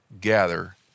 gather